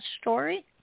story